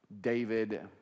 David